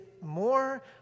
more